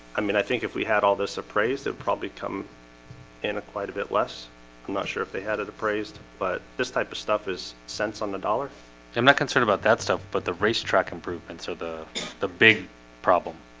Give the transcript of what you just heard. i mean, i think if we had all this appraised they'd probably come in a quite a bit less i'm not sure if they had it appraised. but this type of stuff is cents on the dollar i'm not concerned about that stuff, but the racetrack improvements are the the big problem.